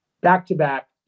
back-to-back